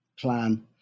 plan